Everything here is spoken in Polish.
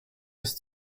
jest